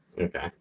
Okay